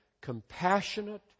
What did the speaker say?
compassionate